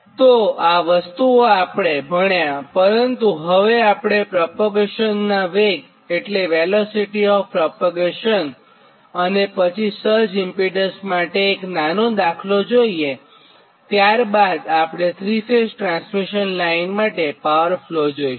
તો આ વસ્તુઓ આપણે ભણ્યાપરંતુ હવે આપણે પ્રોપેગેશન નાં વેગ અને પછી સર્જ ઇમ્પીડન્સ માટે નાનો દાખલો જોઇએત્યારબાદ આપણે 3 ફેઝ ટ્રાન્સમિશન લાઇન માટે પાવર ફ્લો જોઇશું